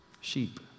Sheep